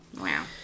Wow